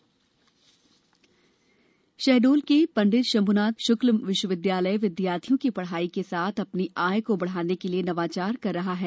fisheries field lab Shahdol के पंडित शंभ्नाथ श्क्ल विश्वविद्यालय विद्यार्थियों की पढ़ाई के साथ अपनी आय को बढ़ाने के लिये नवाचार कर रहा है